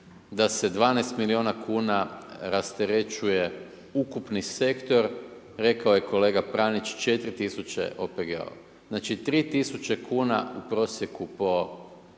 da se 12 milijuna kuna rasterećuje ukupni sektor, rekao je kolega Pranić 4 tisuće OPG-ova. Znači 3 tisuće kuna u prosjeku po